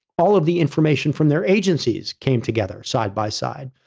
all of the information from their agencies came together side by side.